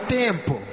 tempo